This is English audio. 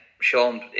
Sean